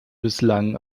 bislang